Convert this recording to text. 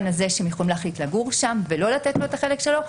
במובן שהם יכולים להחליט לגור שם ולא לתת לו את החלק שלו,